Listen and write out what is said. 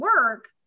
work